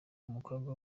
umukobwa